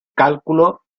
cálculo